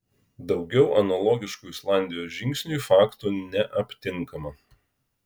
daugiau analogiškų islandijos žingsniui faktų neaptinkama